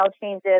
changes